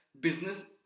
business